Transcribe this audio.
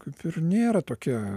kaip ir nėra tokia